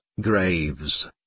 graves